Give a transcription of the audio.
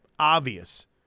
obvious